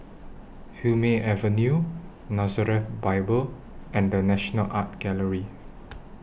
Hume Avenue Nazareth Bible and The National Art Gallery